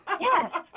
Yes